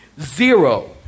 Zero